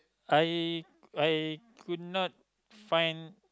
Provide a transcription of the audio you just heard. I I could not find